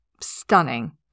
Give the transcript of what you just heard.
stunning